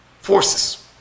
forces